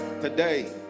Today